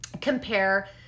compare